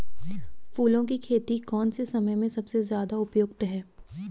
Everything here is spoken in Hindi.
फूलों की खेती कौन से समय में सबसे ज़्यादा उपयुक्त है?